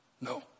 no